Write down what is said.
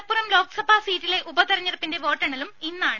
മലപ്പുറം ലോക്സഭാ സീറ്റിലെ ഉപതെരഞ്ഞെടുപ്പിന്റെ വോട്ടെണ്ണലും ഇന്നാണ്